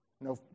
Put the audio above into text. No